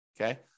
okay